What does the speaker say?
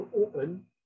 open